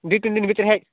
ଦୁଇ ତିନି ଦିନ ଭିତରେ ହୋଇ